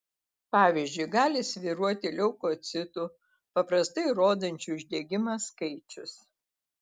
pavyzdžiui gali svyruoti leukocitų paprastai rodančių uždegimą skaičius